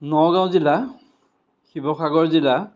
নগাঁও জিলা শিৱসাগৰ জিলা